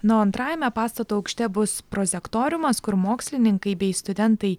na o antrajame pastato aukšte bus prozektoriumas kur mokslininkai bei studentai